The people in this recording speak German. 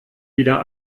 wieder